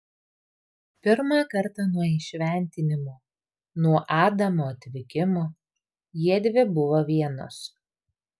pirmą kartą nuo įšventinimo nuo adamo atvykimo jiedvi buvo vienos